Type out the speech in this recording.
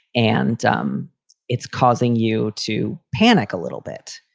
and um it's causing you to panic a little bit.